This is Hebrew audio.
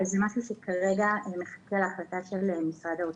אבל זה משהו שכרגע מחכה להחלטה של משרד האוצר,